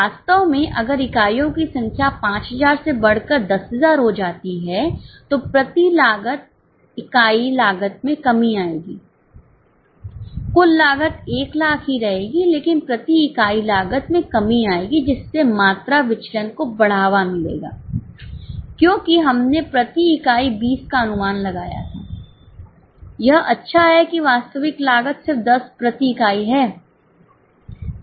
वास्तव में अगर इकाइयों की संख्या 5000 से बढ़कर 10000 हो जाती है तो प्रति इकाई लागत में कमी आएगी कुल लागत 100000 ही रहेगी लेकिन प्रति इकाई लागत में कमी आएगी जिससे मात्रा विचलन को बढ़ावा मिलेगा क्योंकि हमने प्रति इकाई 20 का अनुमान लगाया था यह अच्छा है कि वास्तविक लागत सिर्फ 10 प्रति इकाई है